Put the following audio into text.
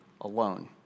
alone